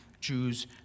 Jews